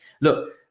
Look